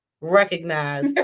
recognize